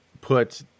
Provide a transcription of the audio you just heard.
put